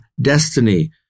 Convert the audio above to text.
destiny